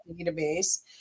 database